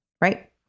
right